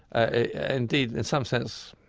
ah indeed, in some sense,